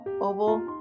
oval